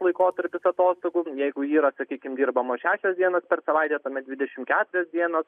laikotarpis atostogų jeigu ji yra sakykim dirbamos šešios dienos per savaitę tuomet dvidešimt keturios dienos